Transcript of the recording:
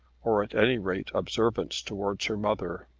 or at any rate observance, towards her mother.